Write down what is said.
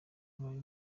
ubaye